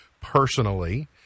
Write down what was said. personally